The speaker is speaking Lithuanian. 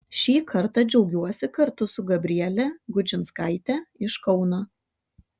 šį kartą džiaugiuosi kartu su gabriele gudžinskaite iš kauno